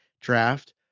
draft